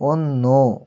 ഒന്നു